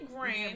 grand